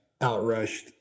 outrushed